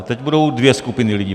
Teď budou dvě skupiny lidí.